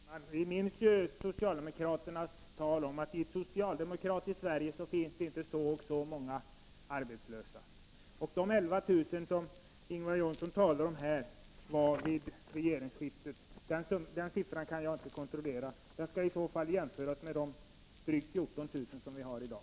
Herr talman! Vi minns socialdemokraternas tal om att i ett socialdemokratiskt Sverige finns inte så och så många arbetslösa. Jag kan inte kontrollera den siffra som Ingvar Johnsson här nämnde, 11 000 arbetslösa vid regeringsskiftet. Men den siffran skall jämföras med de drygt 14 000 arbetslösa vi har i dag.